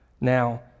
Now